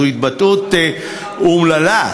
זו התבטאות אומללה.